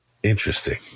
Interesting